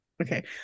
Okay